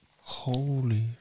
Holy